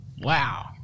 wow